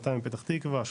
200 פתח תקווה,